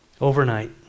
Overnight